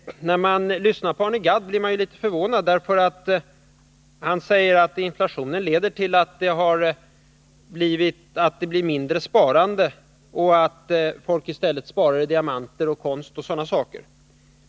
När man lyssnar på Arne Gadd blir man litet förvånad, för han säger att inflationen leder till att det blir mindre produktivt sparande och till att folk i stället sparar i diamanter, konst o. d.